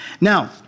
Now